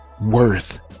worth